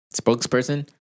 Spokesperson